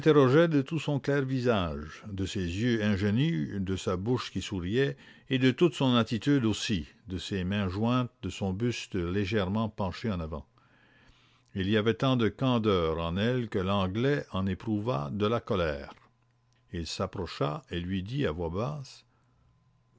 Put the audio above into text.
de tout son clair visage de ses yeux ingénus de sa bouche qui souriait et de toute son attitude aussi de ses mains jointes de son buste légèrement penché en avant et il y avait tant de candeur en elle que l'anglais en éprouva de la colère il s'approcha et lui dit à voix basse